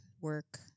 work